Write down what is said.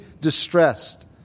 distressed